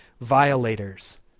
violators